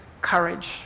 courage